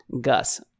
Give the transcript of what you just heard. Gus